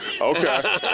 Okay